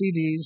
CDs